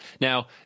Now